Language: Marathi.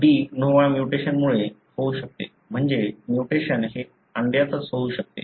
डी नोव्हो म्यूटेशनमुळे होऊ शकते म्हणजे म्यूटेशन हे अंड्यातच येऊ शकते